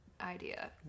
idea